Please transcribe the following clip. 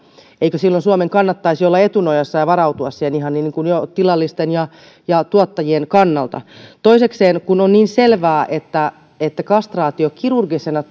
eikö silloin suomen kannattaisi olla etunojassa ja varautua siihen ihan jo tilallisten ja ja tuottajien kannalta toisekseen kun on niin selvää että että kastraatio kirurgisena